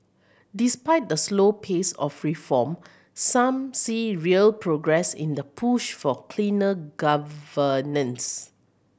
despite the slow pace of reform some see real progress in the push for cleaner governance